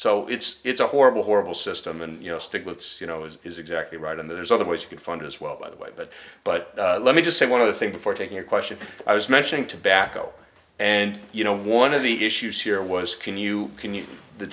so it's it's a horrible horrible system and you know stiglitz you know it is exactly right and there's other ways you could fund as well by the way but but let me just say one of the thing before taking a question i was mentioning tobacco and you know one of the issues here was can you can you the